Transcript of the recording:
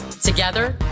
Together